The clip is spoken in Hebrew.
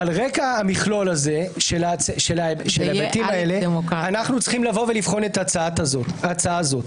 על רקע המכלול של ההיבטים האלה אנחנו צריכים לבחון את ההצעה הזאת: